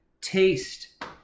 Taste